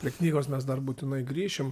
prie knygos mes dar būtinai grįšim